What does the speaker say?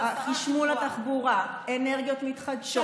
התחבורה, חשמול התחבורה, אנרגיות מתחדשות.